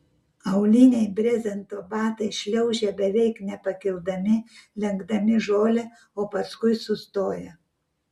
auliniai brezento batai šliaužia beveik nepakildami lenkdami žolę o paskui sustoja